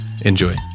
Enjoy